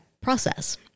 process